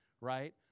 right